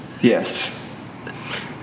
Yes